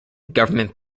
government